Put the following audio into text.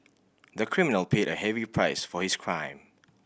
the criminal paid a heavy price for his crime